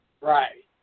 Right